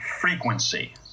frequency